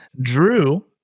Drew